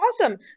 Awesome